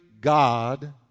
God